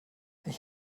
ich